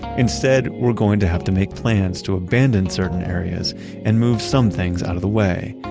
instead, we're going to have to make plans to abandon certain areas and move some things out of the way.